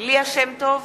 ליה שמטוב,